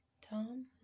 Tom